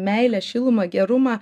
meilę šilumą gerumą